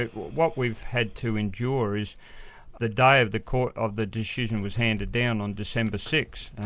ah what we've had to endure is the day of the court of the decision was handed down on december six.